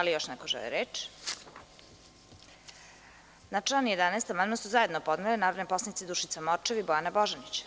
Da li još neko želi reč? (Ne.) Na član 11. amandman su zajedno podnele narodne poslanice Dušica Morčev i Bojana Božanić.